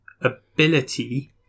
ability